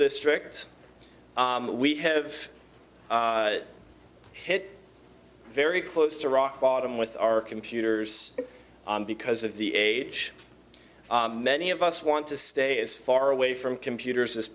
district we have hit very close to rock bottom with our computers because of the age many of us want to stay as far away from computers as